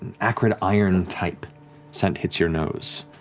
acrid iron type scent hits your nose,